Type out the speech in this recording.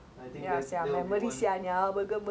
you got play meh beyblade